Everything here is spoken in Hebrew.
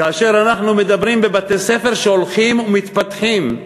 כאשר אנחנו מדברים בבתי-ספר שהולכים ומתפתחים,